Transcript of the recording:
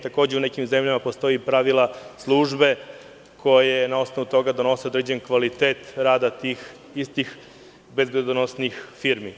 Takođe, u nekim zemljama postoje pravila službe koje na osnovu toga donose određeni kvalitet rada tih istih bezbednosnih firmi.